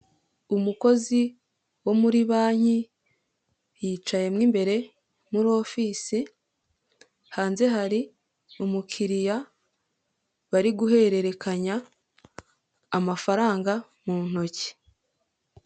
Umukozi wo muri Banki yicayemo imbere muri ofisi, hanze hari umukiriya bari guhererekanya amafaranga mu ntoki.